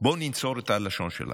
בואו ננצור את הלשון שלנו.